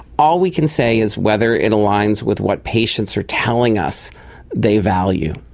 all we can say is whether it aligns with what patients are telling us they value.